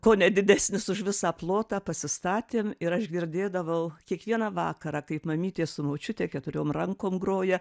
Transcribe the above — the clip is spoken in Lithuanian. kone didesnis už visą plotą pasistatėm ir aš girdėdavau kiekvieną vakarą kaip mamytė su močiute keturiom rankom groja